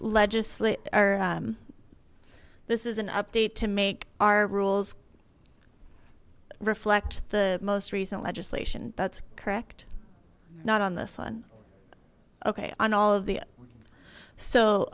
legislate our this is an update to make our rules reflect the most recent legislation that's correct not on this one ok on all of the so